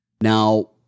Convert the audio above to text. Now